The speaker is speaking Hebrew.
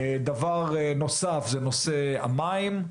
דבר נוסף זה נושא המים,